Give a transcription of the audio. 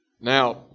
Now